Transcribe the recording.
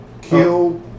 Kill